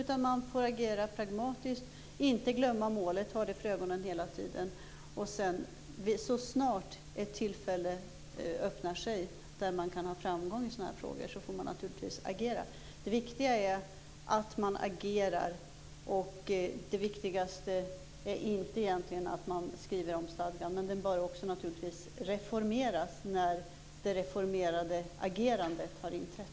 Man får i stället agera pragmatiskt och inte glömma målet utan ha det för ögonen hela tiden. Så snart ett tillfälle öppnar sig där man kan ha framgång i sådana här frågor får man naturligtvis agera. Det viktiga är att man agerar. Det viktigaste är egentligen inte att man skriver om stadgan. Men den bör naturligtvis reformeras när det reformerade agerandet har inträtt.